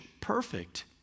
perfect